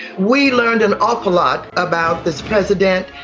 we learned an awful lot about this president.